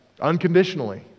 unconditionally